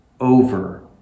over